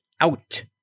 out